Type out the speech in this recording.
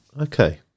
okay